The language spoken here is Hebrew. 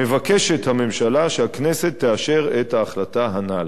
מבקשת הממשלה שהכנסת תאשר את ההחלטה הנ"ל.